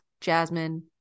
jasmine